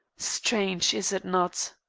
strange, is it not?